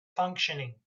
functioning